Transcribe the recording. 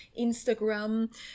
Instagram